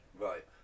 right